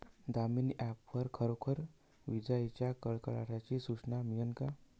Damini app वर खरोखर विजाइच्या कडकडाटाची सूचना मिळन का?